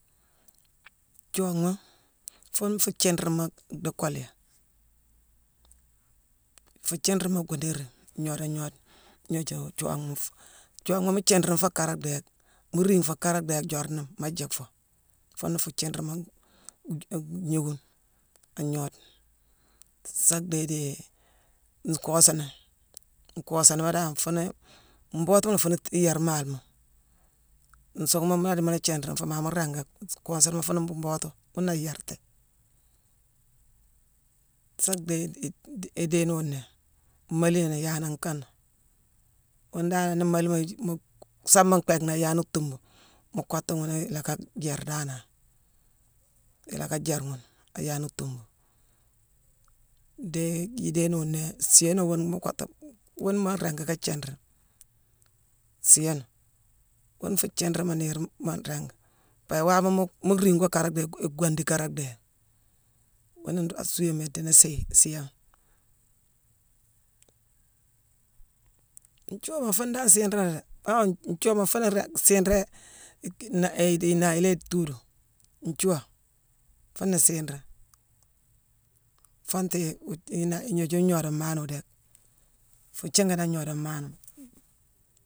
Thiionghma fuune fuu thiirimma dhii kooléyé. fuu thiirimma goo néérine ngnooda ngnoode gnooju-thiionghma. Thiionghma mu jiirine fuu kaara dhéé, mu riigh foo kaara dhéé a joorni maa jiick foo. Fuune fuu jiirimma-e-gnoowune an gnoodena. Sa dhééye dii nkoosanane. Nkoosanama dan fuune mbootuma la fuune yéér maalema. Nsuunghuma mu la dii mu la thiirine foo maa mu ringi-nkoosanama fuune mbootu ghuuna ayéérti. Sa dhééye dii-i-idéénowu nnéé: maaliyonowu, yaana kane. Wuune danane nii maalima-yick-mu-saama mbhééck nangh a yaane thuumma, mu kottu ghuni ilacka jéér danane. Ilacka jéér ghune a yaane thuumma. Dii idéénowu nnéé siiyooma wuune mu kottu wuune maa ringi ka jiirine. Siiyoone, wuune fuu thiirimma niir maa ringi. Pabia waama mu riigh gwoo kaara dhéé, igwandi kaara dhéé. Wuune nroog suuéma idiini siiye siiyoone. Nthiuuwama fuune dan siira la déé. Bawo nthiuuwama fuuna ring-siira-i-di-naayile yéé tuudu: nthiuuwa fuuna siira foongtu-wuude-inaa-gnooju ngnoodanemanowu déck, fuu thiiganoone gnoodanemanowu.